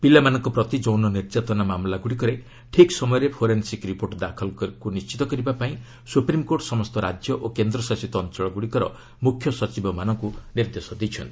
ପିଲାମାନଙ୍କ ପ୍ରତି ଯୌନ ନିର୍ଯାତନା ମାମଲାଗୁଡ଼ିକରେ ଠିକ୍ ସମୟରେ ଫୋରେନ୍ସିକ୍ ରିପୋର୍ଟ ଦାଖଲକୁ ନିଣ୍ଡିତ କିରବା ପାଇଁ ସୁପ୍ରିମ୍କୋର୍ଟ ସମସ୍ତ ରାଜ୍ୟ ଓ କେନ୍ଦ୍ର ଶାସିତ ଅଞ୍ଚଳଗୁଡ଼ିକର ମୁଖ୍ୟ ସଚିବମାନଙ୍କୁ ନିର୍ଦ୍ଦେଶ ଦେଇଛନ୍ତି